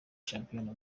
shampiyona